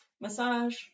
massage